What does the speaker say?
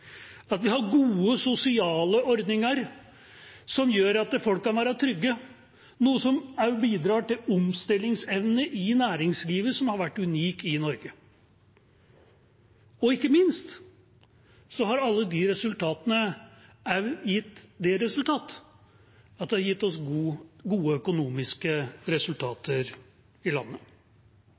at vi har gode sosiale ordninger som gjør at folk kan være trygge, noe som også bidrar til en omstillingsevne i næringslivet som har vært unik i Norge. Ikke minst har alt dette også gitt oss gode økonomiske resultater i landet. Jeg har